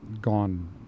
gone